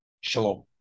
Shalom